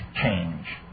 change